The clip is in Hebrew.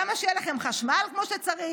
למה שיהיה לכם חשמל כמו שצריך?